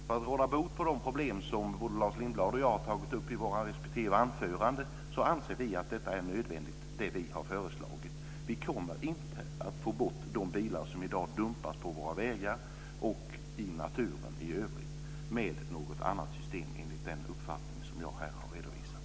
Fru talman! För att råda bot på de problem som både Lars Lindblad och jag har tagit upp i våra respektive anföranden anser vi att det som vi har föreslagit är nödvändigt. Vi kommer inte att få bort de bilar som i dag dumpas på våra vägar och i naturen med något annat system, enligt den uppfattning som jag här har redovisat.